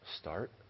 start